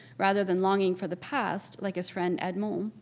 rather than longing for the past, like his friend edmond,